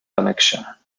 lanarkshire